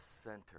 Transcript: center